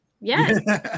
yes